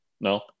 No